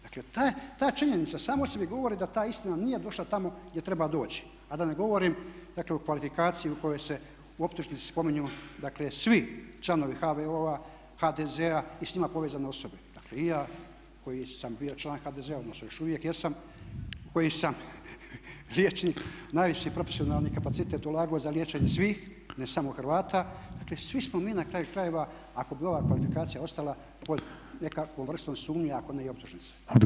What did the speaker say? Dakle ta činjenica sama o sebi govori da ta istina nije došla tamo gdje treba doći a da ne govorim dakle o kvalifikaciji u kojoj se u optužnici spominju dakle svi članovi HVO-a, HDZ-a i s njima povezane osobe, dakle i ja koji sam bio član HDZ-a, odnosno još uvijek jesam, koji sam, liječnik, najviši profesionalni kapacitet ulagao za liječenje svih, ne samo Hrvata, dakle svi smo mi na kraju krajeva ako bi ova kvalifikacija ostala pod nekakvom vrstom sumnje ako ne i optužnice.